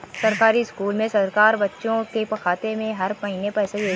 सरकारी स्कूल में सरकार बच्चों के खाते में हर महीने पैसे भेजती है